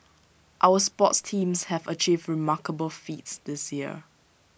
our sports teams have achieved remarkable feats this year